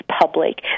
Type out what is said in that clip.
public